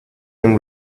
him